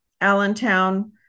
Allentown